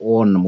on